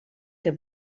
què